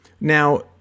Now